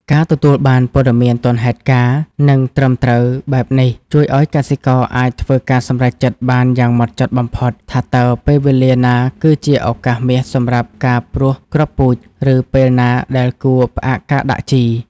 ការទទួលបានព័ត៌មានទាន់ហេតុការណ៍ និងត្រឹមត្រូវបែបនេះ ជួយឱ្យកសិករអាចធ្វើការសម្រេចចិត្តបានយ៉ាងហ្មត់ចត់បំផុត ថាតើពេលវេលាណាគឺជាឱកាសមាសសម្រាប់ការព្រួសគ្រាប់ពូជ ឬពេលណាដែលគួរផ្អាកការដាក់ជី។